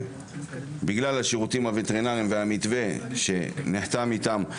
בגלל השירותים הווטרינריים והמתווה שנחתם איתם.